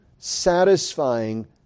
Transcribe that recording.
satisfying